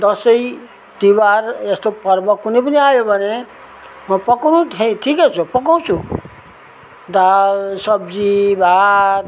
दसैँ तिहार यस्तो पर्व कुनै पनि आयो भने म पकाउनु ठ ठिकै छु पकाउँछु दाल सब्जी भात